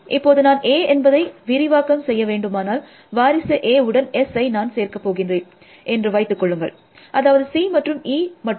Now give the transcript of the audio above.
இப்போது நான் A என்பதை விரிவாக்கம் செய்ய வேண்டுமானால் வாரிசு A வுடன் Sஐ நான் சேர்க்க போகிறேன் என்று வைத்து கொள்ளுங்கள் அதாவது C மற்றும் E மட்டும்